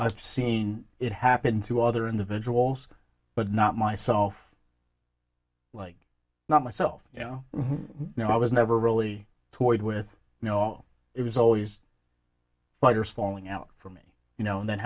i've seen it happen to other individuals but not myself like not myself you know you know i was never really toyed with you know it was always fighters falling out for me you know and then